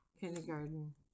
Kindergarten